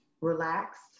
relaxed